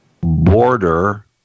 border